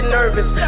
nervous